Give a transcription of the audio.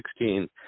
2016